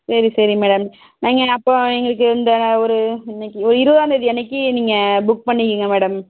சரி சரி மேடம் நீங்கள் அப்போது எங்களுக்கு இந்த ஒரு என்னிக்கி ஒரு இருபதாம் தேதி அன்னிக்கி நீங்கள் புக் பண்ணிக்கோங்க மேடம்